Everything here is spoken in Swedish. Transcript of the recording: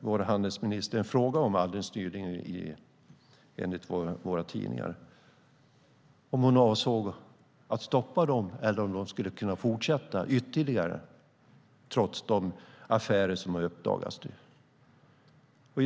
vår handelsminister alldeles nyligen en fråga om, enligt en av våra tidningar: Avsåg hon att stoppa dem, eller skulle de kunna fortsätta ytterligare trots de affärer som nu har uppdagats?